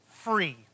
free